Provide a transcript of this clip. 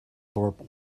thorpe